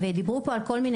אם יש